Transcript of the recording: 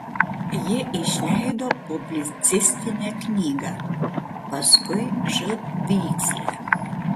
ji išleido publicistinę knygą paskui žaltvykslę